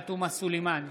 תומא סלימאן,